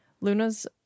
Lunas